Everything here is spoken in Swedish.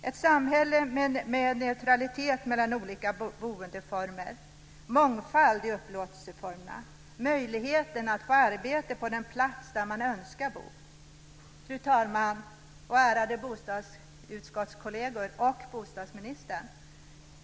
Ett samhälle med neutralitet mellan olika boendeformer, mångfald i upplåtelseformerna, och möjligheten att få ett arbete på den plats där man önskar bo. Fru talman, ärade bostadsutskottskolleger och bostadsministern!